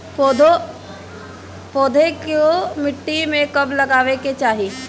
पौधे को मिट्टी में कब लगावे के चाही?